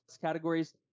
categories